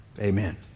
Amen